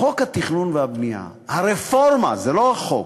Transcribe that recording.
שאתה, חוק התכנון והבנייה, הרפורמה, זה לא חוק,